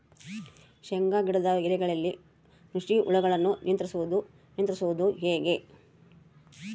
ಶೇಂಗಾ ಗಿಡದ ಎಲೆಗಳಲ್ಲಿ ನುಷಿ ಹುಳುಗಳನ್ನು ನಿಯಂತ್ರಿಸುವುದು ಹೇಗೆ?